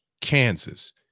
Kansas